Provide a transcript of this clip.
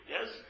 Yes